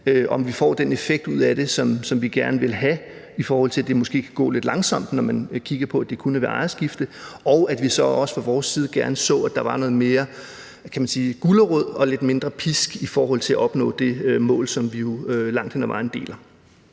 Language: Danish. om vi får den effekt ud af det, som vi gerne vil have, i forhold til at det måske kan gå lidt langsomt, når man kigger på, at det kun er ved ejerskifte. Og vi så fra vores side også gerne, at der – kan man sige – var noget mere gulerod og lidt mindre pisk i forhold til at opnå det mål, som vi jo langt hen ad vejen deler.